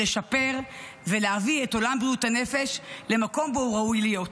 לשפר ולהביא את עולם בריאות הנפש למקום שבו הוא ראוי להיות.